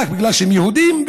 רק בגלל שהם יהודים,